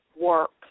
work